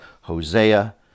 Hosea